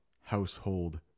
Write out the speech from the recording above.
household